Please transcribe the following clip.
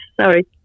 sorry